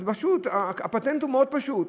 אז הפטנט הוא מאוד פשוט: